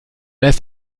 erst